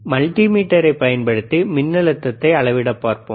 மல்டிமீட்டரைப் பயன்படுத்தி மின்னழுத்தத்தை அளவிட்டு பார்ப்போம்